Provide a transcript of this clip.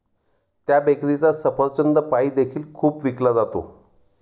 त्या बेकरीचा सफरचंद पाई देखील खूप विकला जातो